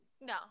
No